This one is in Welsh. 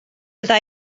bydda